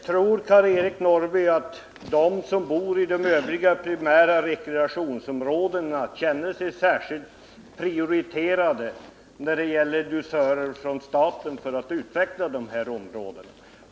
Tror Karl-Eric Norrby att de som bor i de övriga primära rekreationsområdena känner sig prioriterade när det gäller dusörer från staten för att utveckla de områdena?